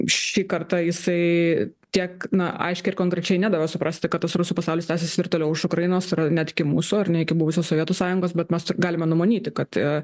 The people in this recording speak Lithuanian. šį kartą jisai tiek na aiškiai ir konkrečiai nedavė suprasti kad tas rusų pasaulis tęsis ir toliau už ukrainos ir net iki mūsų ar ne iki buvusios sovietų sąjungos bet mes galime numanyti kad